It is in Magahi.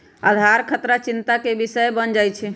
आधार खतरा चिंता के विषय बन जाइ छै